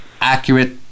accurate